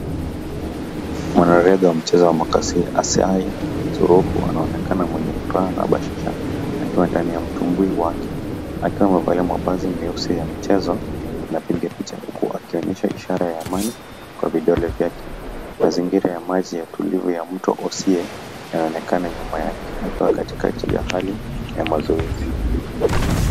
Mwanareda wa mcheza wa makasiri Suruhu anaonekana mwenye furaha na bashasha akiwa ndani ya mtumbwi wake. Akiwa amevaa mabazi meusi ya mchezo anapiga picha huku akionyesha ishara ya amani kwa vidole vyake. Mazingira ya maji yatulivu ya mto Osi yanaonekana nyuma yake akiwa katikati ya hali ya mazoezi.